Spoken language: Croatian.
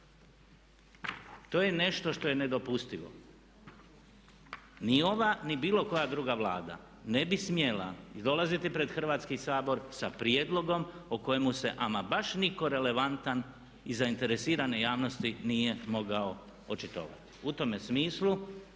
To je nešto što je nedopustivo. Ni ova ni bilo koja druga Vlada ne bi smjela dolaziti pred Hrvatski sabor sa prijedlogom o kojemu se ama baš nitko relevantan iz zainteresirane javnosti nije mogao očitovati. U tome smislu